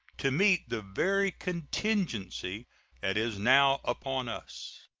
to meet the very contingency that is now upon us.